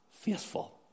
Faithful